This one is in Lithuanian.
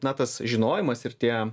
na tas žinojimas ir tie